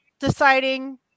deciding